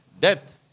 death